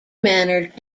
mannered